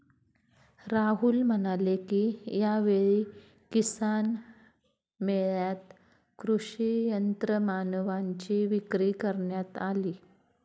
राहुल म्हणाले की, यावेळी किसान मेळ्यात कृषी यंत्रमानवांची विक्री करण्यात आली